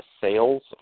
sales